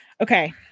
okay